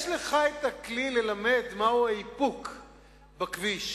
יש לך כלי כדי ללמד מהו האיפוק בכביש,